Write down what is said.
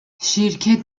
şirket